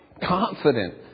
confident